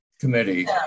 committee